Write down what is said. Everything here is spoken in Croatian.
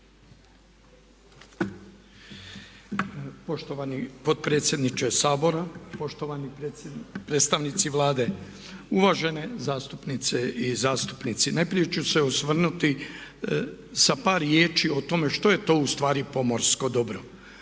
Poštovani potpredsjedniče Sabora, poštovani predstavnici Vlade, uvažene zastupnice i zastupnici. Najprije ću se osvrnuti sa par riječi o tome što je to ustvari pomorsko dobro.